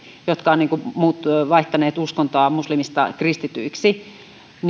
jotka ovat vaihtaneet uskontoa muslimista kristityksi